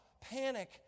Panic